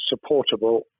supportable